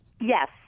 Yes